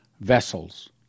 Vessels